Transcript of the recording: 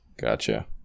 gotcha